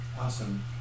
Awesome